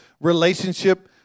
relationship